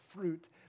fruit